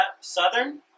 Southern